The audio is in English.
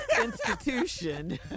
institution